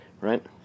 Right